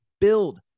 Build